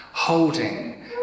holding